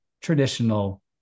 traditional